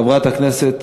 חברת הכנסת